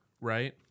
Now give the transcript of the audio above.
right